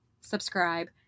subscribe